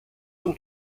und